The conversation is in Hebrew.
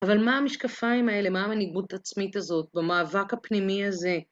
אבל מה המשקפיים האלה, מה המנהיגות העצמית הזאת, במאבק הפנימי הזה?